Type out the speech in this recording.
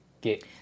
get